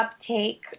uptake